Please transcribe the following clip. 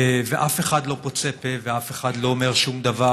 ואף אחד לא פוצה פה ואף אחד לא אומר שום דבר.